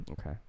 Okay